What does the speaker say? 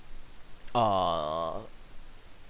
err